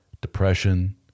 depression